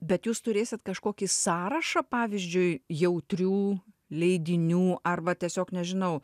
bet jūs turėsit kažkokį sąrašą pavyzdžiui jautrių leidinių arba tiesiog nežinau